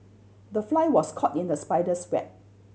the fly was caught in the spider's web